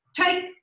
take